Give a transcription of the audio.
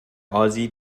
ozzie